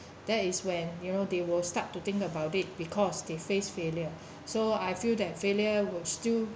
that is when you know they will start to think about it because they faced failure so I feel that failure will still